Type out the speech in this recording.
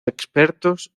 expertos